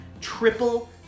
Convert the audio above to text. triple